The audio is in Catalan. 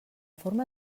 forma